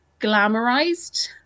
glamorized